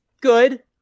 good